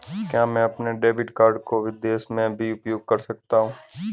क्या मैं अपने डेबिट कार्ड को विदेश में भी उपयोग कर सकता हूं?